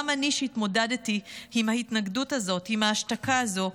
גם אני התמודדתי עם ההתנגדות הזו, עם ההשתקה הזו.